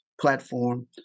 platform